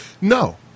No